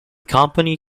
company